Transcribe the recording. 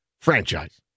franchise